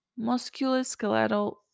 Musculoskeletal